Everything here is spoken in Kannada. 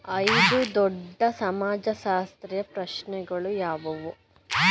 ಐದು ದೊಡ್ಡ ಸಮಾಜಶಾಸ್ತ್ರೀಯ ಪ್ರಶ್ನೆಗಳು ಯಾವುವು?